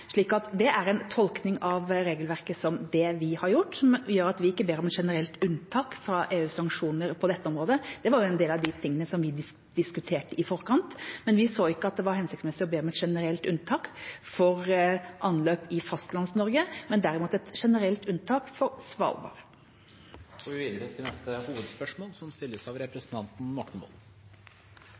det er en tolkning av regelverket vi har gjort, som gjør at vi ikke ber om generelt unntak fra EUs sanksjoner på dette området. Det var en del av det vi diskuterte i forkant, men vi så ikke at det var hensiktsmessig å be om et generelt unntak for anløp i Fastlands-Norge, men derimot et generelt unntak for Svalbard. Vi går videre til neste hovedspørsmål. Mitt spørsmål går til helseministeren. Jubelen sto i taket da medisinen Kaftrio endelig ble godkjent for behandling av